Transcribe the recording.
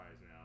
now